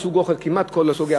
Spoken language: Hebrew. כמעט כל סוג אוכל,